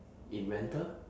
in rental